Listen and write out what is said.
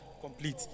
complete